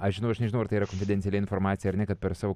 aš žinau aš nežinau ar tai yra konfidenciali informacija ar ne kad per savo